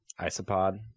Isopod